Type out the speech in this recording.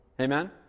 Amen